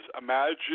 imagine